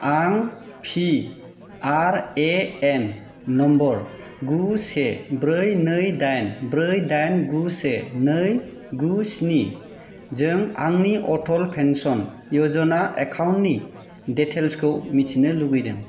आं P R A N number गु से ब्रै नै दाइन ब्रै दाइन गु से नै गु स्नि जों आंनि अटल पेन्सन यजना एकाउन्टनि डिटेइल्सखौ मिथिनो लुबैदों